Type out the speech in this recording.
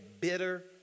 bitter